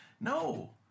No